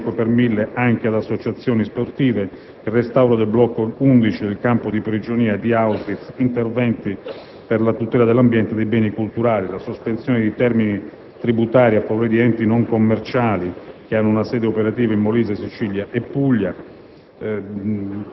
l'attribuibilità del cinque per mille anche ad associazioni sportive e per il restauro del blocco n. 21 del campo di prigionia di Auschwitz. Inoltre, sono previsti interventi per la tutela dell'ambiente, dei beni culturali, la sospensione dei termini tributari a favore di enti non commerciali che hanno una sede operativa in Molise, Sicilia e Puglia.